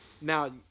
now